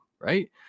Right